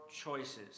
choices